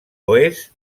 oest